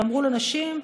ואמרו לנשים: